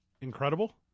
incredible